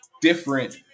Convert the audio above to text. different